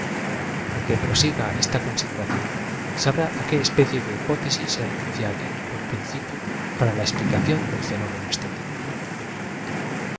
el que prosiga esta consideración sabrá á qué especie de hipótesis se renuncia aquí por principio para la ezp licadón del fenómeno estético